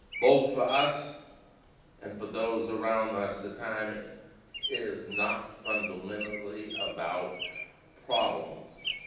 both for us and for those around us, the time is not fundamentally about problems,